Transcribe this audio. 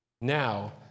Now